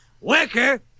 Worker